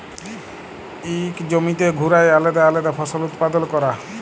ইক জমিতে ঘুরায় আলেদা আলেদা ফসল উৎপাদল ক্যরা